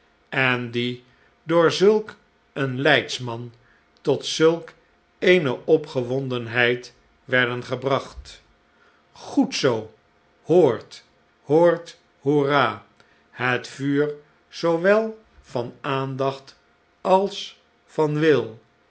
en die door zulk een leidsman tot zulk eene opgewondenheid werden gebracht goed zoo hoort hoort hoera het vuur zoowel van aandacht als van wil